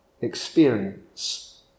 experience